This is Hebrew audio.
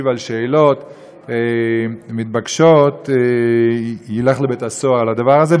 על שאלות מתבקשות ילך לבית-סוהר על הדבר הזה,